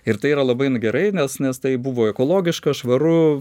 ir tai yra labai gerai nes nes tai buvo ekologiška švaru